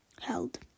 held